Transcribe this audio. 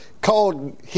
called